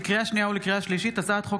לקריאה שנייה ולקריאה שלישית: הצעת חוק